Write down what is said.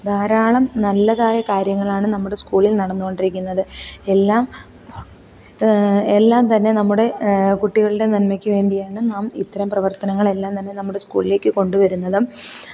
ധാരാളം നല്ലതായ കാര്യങ്ങളാണ് നമ്മുടെ സ്കൂളിൽ നടന്നു കൊണ്ടിരിക്കുന്നത് എല്ലാം എല്ലാം തന്നെ നമ്മുടെ കുട്ടികളുടെ നന്മയ്ക്ക് വേണ്ടിയാണ് നാം ഇത്തരം പ്രവർത്തനങ്ങളെ എല്ലാം തന്നെ നമ്മുടെ സ്കൂളിലേക്ക് കൊണ്ടുവരുന്നതും